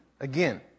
Again